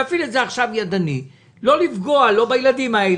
למה אי אפשר להפעיל את זה עכשיו ידני כדי לא לפגוע בילדים האלה,